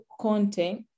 content